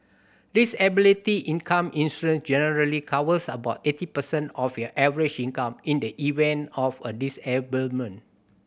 disability income insurance generally covers about eighty percent of your average income in the event of a disablement